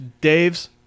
Dave's